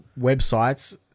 websites